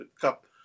Cup